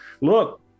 look